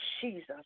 Jesus